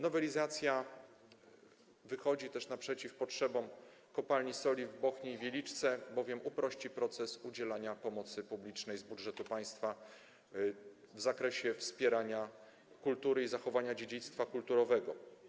Nowelizacja wychodzi też naprzeciw potrzebom kopalni soli w Bochni i Wieliczce, bowiem uprości proces udzielania pomocy publicznej z budżetu państwa w zakresie wspierania kultury i zachowania dziedzictwa kulturowego.